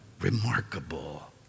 remarkable